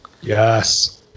Yes